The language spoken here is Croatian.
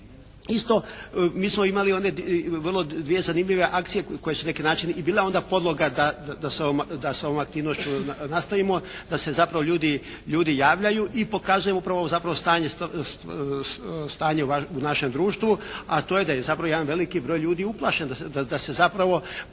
Isto, mi smo imali one dvije vrlo zanimljive akcije koje su na neki način bile onda i podloga da se, s ovom aktivnošću nastavimo, da se zapravo ljudi javljaju. I pokazujemo upravo pravo stanje u našem društvu. A to je da je zapravo jedan veliki broj ljudi uplašen, da se zapravo